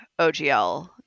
OGL